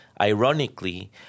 ironically